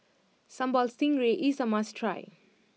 Sambal Stingray is a must try